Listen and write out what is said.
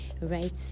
right